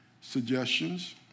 suggestions